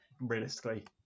realistically